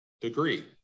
degree